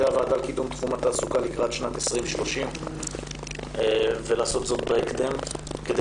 הוועדה לקידום תחום התעסוקה לקראת שנת 2030 ולעשות את זה בהקדם כדי